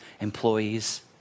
employees